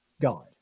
God